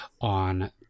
on